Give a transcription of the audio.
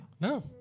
No